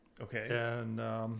Okay